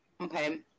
okay